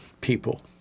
people